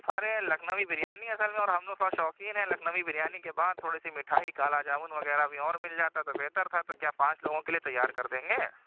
ارے لکھنوی بریانی اصل میں اور ہم لوگ تھوڑا شوقین ہیں لکھنوی بریانی کے بعد تھوڑی سی مٹھائی کالا جامن وغیرہ بھی اور مل جاتا تو بہتر تھا تو کیا پانچ لوگوں کے لیے تیار کر دیں گے